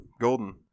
Golden